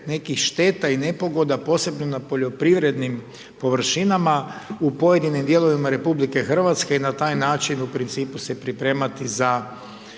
nekih šteta i nepogoda, posebno na poljoprivrednim površinama u pojedinim dijelovima RH i na taj način u principu se pripremati za